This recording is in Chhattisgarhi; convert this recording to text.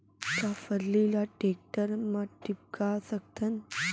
का फल्ली ल टेकटर म टिपका सकथन?